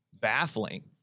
baffling